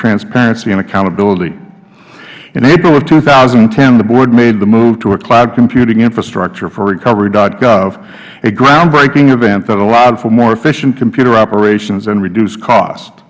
transparency and accountability in aprilhof two thousand and ten the board made the move to a cloud computing infrastructure for recovery gov a groundbreaking event that allowed for more efficient computer operations and reduced cost